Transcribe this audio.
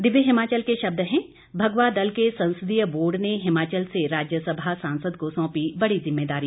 दिव्य हिमाचल के शब्द हैं भगवा दल के संसदीय बोर्ड ने हिमाचल से राज्यसभा सांसद को सौंपी बड़ी जिम्मेदारी